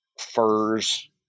furs